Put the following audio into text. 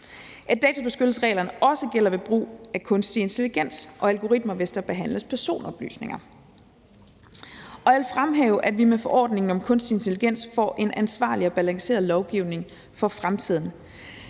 at databeskyttelsesreglerne også gælder ved brug af kunstig intelligens og algoritmer, hvis der behandles personoplysninger. Og jeg vil fremhæve, at vi med forordningen om kunstig intelligens får en ansvarlig og balanceret lovgivning for fremtiden,